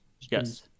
Yes